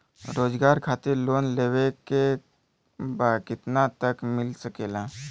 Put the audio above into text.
रोजगार खातिर लोन लेवेके बा कितना तक मिल सकेला?